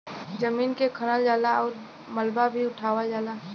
जमीन के खनल जाला आउर मलबा भी उठावल जाला